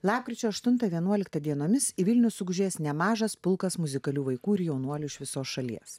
lapkričio aštuntą vienuoliktą dienomis į vilnių sugužės nemažas pulkas muzikalių vaikų ir jaunuolių iš visos šalies